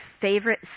favorite